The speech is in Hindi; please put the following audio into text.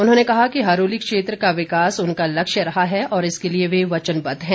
उन्होंने कहा कि हरोली क्षेत्र का विकास उनका लक्ष्य रहा है और इसके लिए वे वचनबद्ध हैं